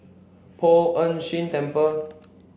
Poh Ern Shih Temple